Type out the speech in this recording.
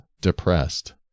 depressed